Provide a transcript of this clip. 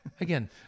again